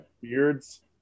beards